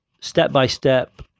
step-by-step